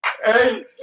hey